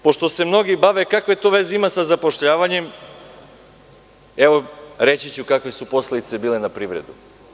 Pošto se mnogi bave time – a kakve to veze ima sa zapošljavanjem, evo, reći ću kakve su posledice bile na privredu.